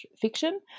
fiction